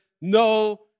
No